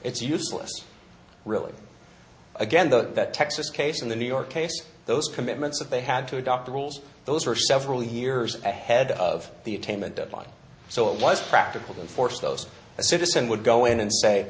it's useless really again that texas case in the new york case those commitments that they had to adopt the rules those are several years ahead of the attainment deadline so it was practical to force those a citizen would go in and say